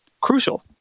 crucial